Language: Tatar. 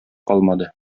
калмады